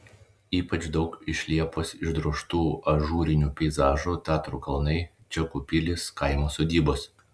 ypač daug iš liepos išdrožtų ažūrinių peizažų tatrų kalnai čekų pilys kaimo sodybos